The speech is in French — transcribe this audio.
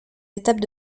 étapes